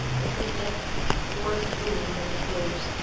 which was yet more swooning than repose.